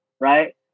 right